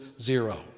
zero